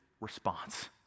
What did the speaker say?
response